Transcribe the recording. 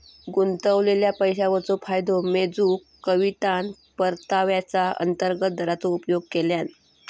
गुंतवलेल्या पैशावरचो फायदो मेजूक कवितान परताव्याचा अंतर्गत दराचो उपयोग केल्यान